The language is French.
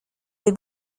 des